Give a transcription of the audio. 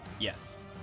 Yes